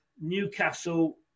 Newcastle